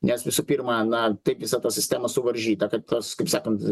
nes visų pirma na taip visa ta sistema suvaržyta kad kas kaip sakant